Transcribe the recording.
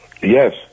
Yes